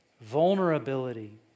vulnerability